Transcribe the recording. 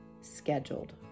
scheduled